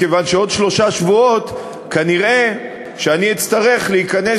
כיוון שעוד שלושה שבועות כנראה אצטרך להיכנס